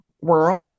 world